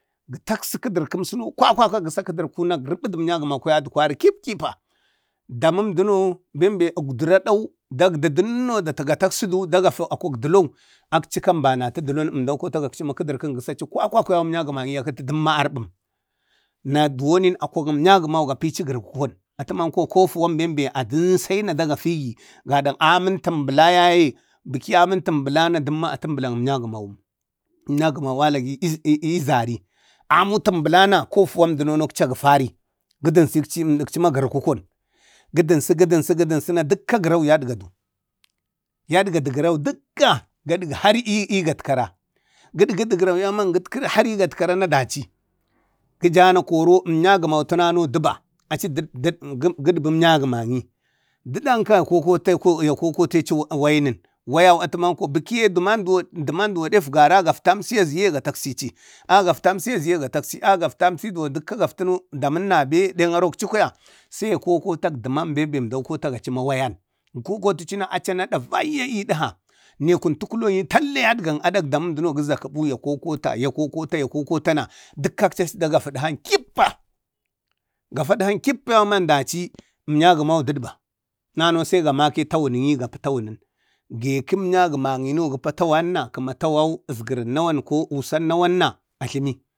ge takso kədrkəm suno kwakwana garbədu əmnya gəmauna yadu kwari kipkipa, damən duno bembe ekduradau dakdi dunnoo ga taksadu akuk dulou akcika ənbanata dəlou əmdau kotagakchi ma kaɗarkən. Ga taksəchi kwakwakwa yauman əmnyagəmaŋi ta kati dəmma arbəm. Na duwonni akoŋ əmnyagəmau ga pici gurukokon atu mako ko kofuwan, kofuwau Atəman bembe adənsauna dagafigi gadan amən tambla yaye. Bəki əmən tambla, a təmblayaye amnyagalmawum. Ʒmnyagəmau ee ii lagii zari. Amu təmblana kofuwamduno akca gəfari, giɗaksi muduku gərakukon. Gə dənsə, gədənsana dukka grau yaɗgadu, yaɗgadu gərau dəkka har i gatkara. Gadgəda garkrarau yauman. Achi gi jana koro əmnyagəmaŋi dəɗanka kokoti ya kokoteci ci wayinən, wayau atəman ko bəkaye dəman, dəman duwo ɗek əgvara dəsgamchi aziye ka taksici, a gaftu aziye acika ga taksici a gaftu duwon dukka damən nabe deng arokci nabu kwaya sai ya kokota demanbe əmdaln kotagəchima wayan. Ga kokotə cina aca ane ɗava ɗavayya edha nee kuntukuloŋi talla yadgan aɗak damube gazakətu ya kokota, ya kokotana ya kokotana dəkkakci da kafu dəhau kippa hapa ɗahau kippa yauman daci əmnyagəmau daɗba, daci tunanosai ya make tawunən ii gaiki əmnyagamaŋ no gapi tawanna, tawau asgərən nawanna, ko usan nawanna, ajlani